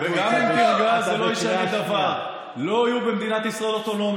גם אם תצעק זה לא יהפוך את דבריך לאמיתיים.